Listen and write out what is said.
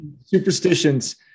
Superstitions